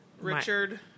Richard